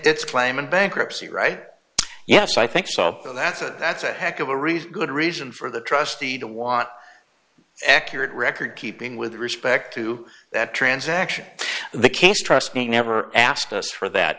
its claim in bankruptcy right yes i think so so that's a that's a heck of a reason good reason for the trustee to want an accurate record keeping with respect to that transaction in the case trust me never asked us for that